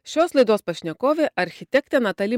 šios laidos pašnekovė architektė natali